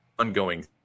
ongoing